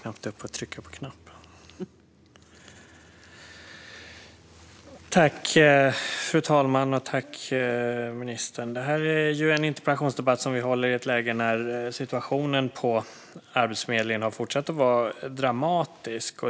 Fru talman! Detta är en interpellationsdebatt som vi håller i ett läge där situationen på Arbetsförmedlingen fortsätter att vara dramatisk.